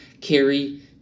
carry